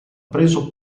preso